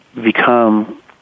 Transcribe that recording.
become